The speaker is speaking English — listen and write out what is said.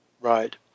right